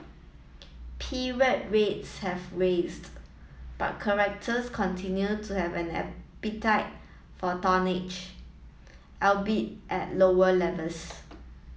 period rates have raised but charterers continued to have an appetite for tonnage albeit at lower levels